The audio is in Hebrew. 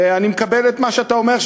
ואני מקבל את מה שאתה אומר,